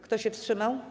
Kto się wstrzymał?